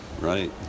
right